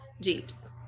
Jeeps